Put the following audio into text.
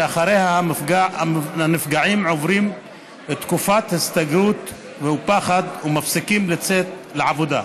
שאחריה הנפגעים עוברים תקופת הסתגרות ופחד ומפסיקים לצאת לעבודה.